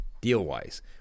deal-wise